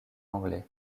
anglais